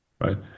right